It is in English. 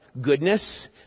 goodness